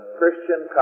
Christian